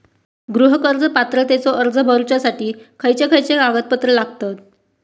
गृह कर्ज पात्रतेचो अर्ज भरुच्यासाठी खयचे खयचे कागदपत्र लागतत?